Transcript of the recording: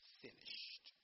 finished